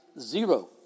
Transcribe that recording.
zero